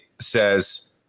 says